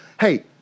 Hey